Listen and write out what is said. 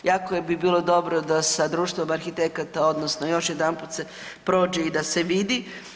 Jako bi bilo dobro da sa društvom arhitekata, odnosno još jedanput se prođe i da se vidi.